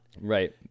Right